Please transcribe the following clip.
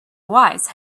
wise